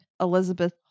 Elizabeth